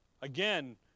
Again